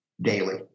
daily